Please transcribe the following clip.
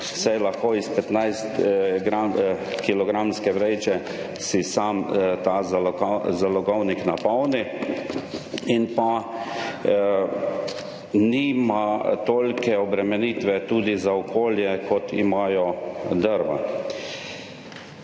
saj lahko iz 15 kilogramske vreče si sam ta zalogovnik napolni. In pa nima tolike obremenitve tudi za okolje, kot imajo drva.